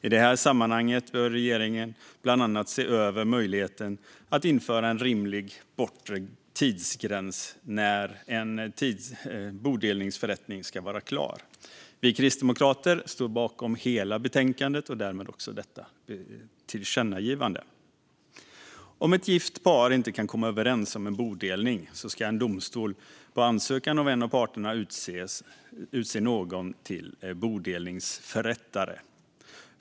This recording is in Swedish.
I det sammanhanget bör regeringen bland annat se över möjligheten att införa en rimlig bortre tidsgräns för när en bodelningsförrättning ska vara klar. Vi kristdemokrater står bakom hela betänkandet och därmed också detta tillkännagivande. Om ett gift par inte kan komma överens om en bodelning ska en domstol på ansökan av en parterna utse någon till bodelningsförrättare.